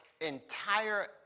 entire